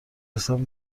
رسیدن